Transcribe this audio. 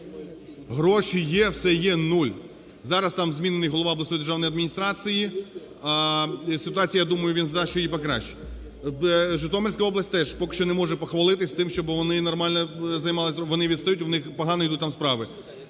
Гроші є, все є – нуль. Зараз там змінений голова обласної державної адміністрації, ситуація, я думаю, він значно її покращить. Житомирська область теж поки що не може похвалитись тим, щоб вони нормально займались… вони відстають, у них погано ідуть там справи.